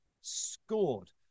scored